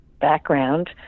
background